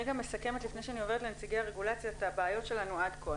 לפני שאעבור לנציגי הרגולציה אני מסכמת את הבעיות שלנו עד כה.